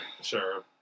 Sure